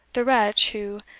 the wretch, who,